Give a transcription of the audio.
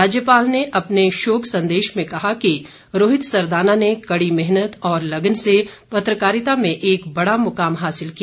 राज्यपाल ने अपने शोक संदेश में कहा कि रोहित सरदाना ने कड़ी मेहनत और लग्न से पत्रकारिता में एक बड़ा मुकाम हासिल किया